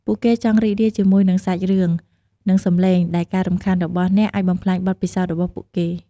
ពួកគេចង់រីករាយជាមួយនឹងសាច់រឿង និងសំឡេង ដែលការរំខានរបស់អ្នកអាចបំផ្លាញបទពិសោធន៍របស់ពួកគេ។